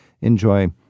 enjoy